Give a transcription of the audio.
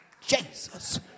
Jesus